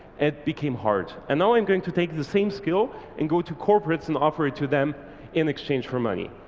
it became hard. and now i'm going to take the same skill and go to corporates and offer it to them in exchange for money.